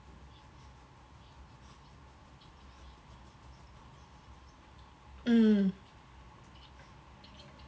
mm